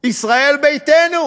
ישראל ביתנו.